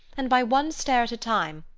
and by one stair at a time,